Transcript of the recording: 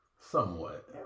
Somewhat